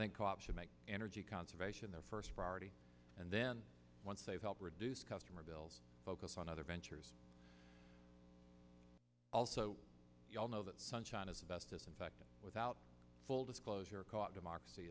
think option make energy conservation their first priority and then once they've helped reduce customer bills focus on other ventures also we all know that sunshine is a best disinfectant without full disclosure caught democracy